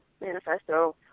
Manifesto